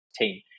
team